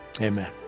Amen